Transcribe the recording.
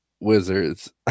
wizards